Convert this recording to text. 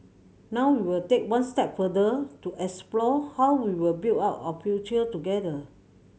now we will take one step further to explore how we will build out our future together